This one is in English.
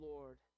Lord